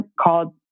called